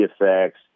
effects